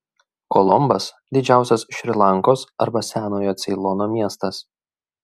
kolombas didžiausias šri lankos arba senojo ceilono miestas